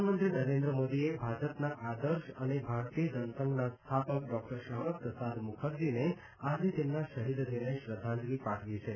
પ્રધાનમંત્રી નરેન્દ્ર મોદીએ ભાજપના આદર્શ અને ભારતીય જનસંઘના સ્થાપક ડોકટર શ્યામાપ્રસાદ મુખર્જીને આજે તેમના શહિદ દિને શ્રદ્ધાંજલિ પાઠવી છે